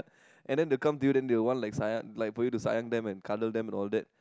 and then they will come to you then they will want like sayang like for you to sayang them and cuddle them and all that